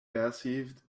perceived